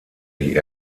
die